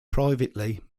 privately